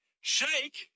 Shake